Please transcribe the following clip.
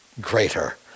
greater